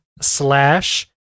slash